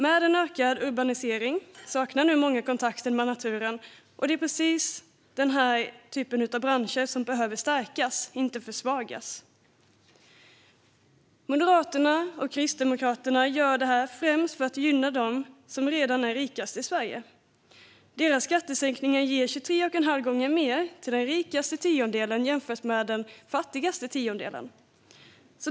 Med en ökad urbanisering saknar nu många kontakten med naturen, och det är precis denna typ av branscher som behöver stärkas, inte försvagas. Moderaterna och Kristdemokraterna gör detta främst för att gynna dem som redan är rikast i Sverige. Deras skattesänkningar ger 23,5 gånger mer till den rikaste tiondelen jämfört med den fattigaste tiondelen.